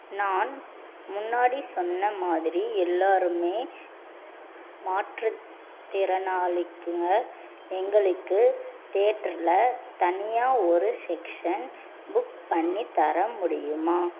நான் முன்னாடி சொன்னமாதிரி எல்லாேருமே மாற்றுத்திறனாளிக்குங்கள் எங்களுக்கு தேட்ரில் தனியாக ஒரு செக்ஷன் புக் பண்ணி தர முடியுமா